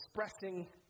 Expressing